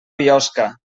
biosca